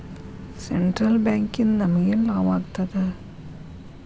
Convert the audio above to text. Central ಬ್ಯಾಂಕಿಂದ ನಮಗೇನ್ ಲಾಭಾಗ್ತದ?